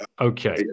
Okay